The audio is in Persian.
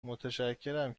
متشکرم